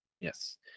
Yes